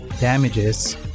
Damages